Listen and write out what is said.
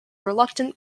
reluctant